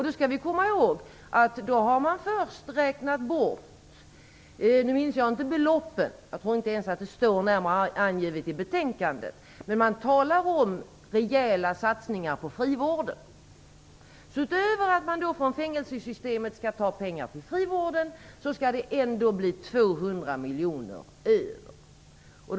Då skall vi komma ihåg att man först har räknat bort - jag minns inte beloppet, och jag tror inte ens att det står närmare angivet i betänkandet - rejäla satsningar på frivården. Utöver att man från fängelsesystemet skall ta pengar till frivården skall det ändå bli 200 miljoner kronor över.